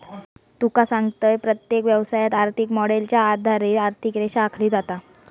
तुका सांगतंय, प्रत्येक व्यवसायात, आर्थिक मॉडेलच्या आधारे आर्थिक रेषा आखली जाता